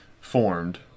formed